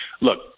Look